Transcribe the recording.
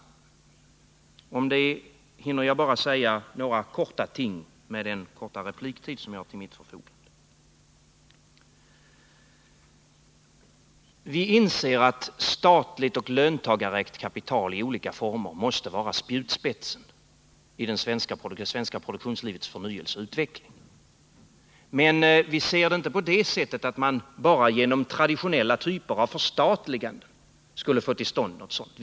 Med den korta repliktid jag har till mitt förfogande hinner jag bara helt kortfattat beröra den frågan. Vi inser att statligt och löntagarägt kapital i olika former måste vara spjutspetsen för det svenska produktionslivets förnyelse och utveckling. Men vi ser inte detta på det sättet att man bara genom traditionella typer av förstatligande skulle kunna åstadkomma någonting sådant.